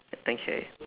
okay